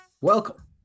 welcome